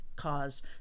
cause